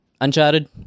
Uncharted